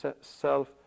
self